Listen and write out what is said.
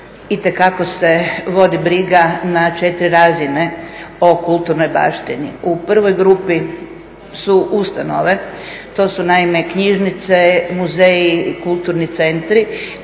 itekako se vodi briga na 4 razine o kulturnoj baštini. U prvoj grupi su ustanove, to su naime knjižnice, muzeji i kulturni centri